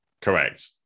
Correct